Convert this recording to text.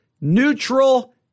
neutral